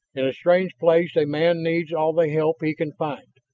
in a strange place a man needs all the help he can find.